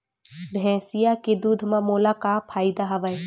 भैंसिया के दूध म मोला का फ़ायदा हवय?